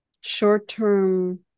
short-term